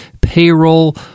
payroll